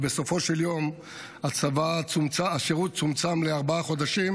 ובסופו של יום השירות צומצם בארבעה חודשים,